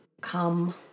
come